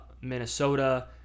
Minnesota